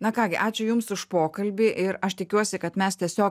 na ką gi ačiū jums už pokalbį ir aš tikiuosi kad mes tiesiog